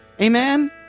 Amen